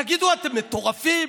תגידו, אתם מטורפים?